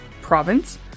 province